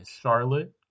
Charlotte